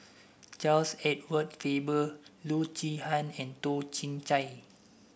Charles Edward Faber Loo Zihan and Toh Chin Chye